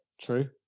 true